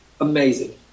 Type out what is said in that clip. amazing